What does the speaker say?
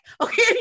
okay